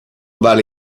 vale